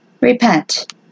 Repent